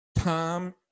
Tom